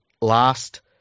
last